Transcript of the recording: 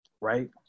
right